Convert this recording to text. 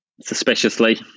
suspiciously